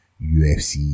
UFC